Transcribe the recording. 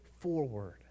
Forward